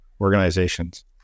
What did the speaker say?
organizations